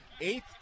Eighth